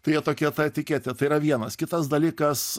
tai jie tokie ta etiketė tai yra vienas kitas dalykas